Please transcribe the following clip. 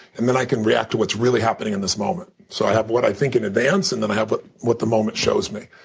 and then i can react to what's really happening in this moment. so i have what i think in advance, and i have what what the moment shows me.